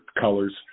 colors